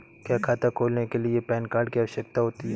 क्या खाता खोलने के लिए पैन कार्ड की आवश्यकता होती है?